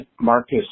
Marcus